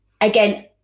again